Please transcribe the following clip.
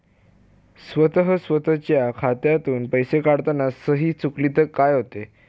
स्वतः स्वतःच्या खात्यातून पैसे काढताना सही चुकली तर काय होते?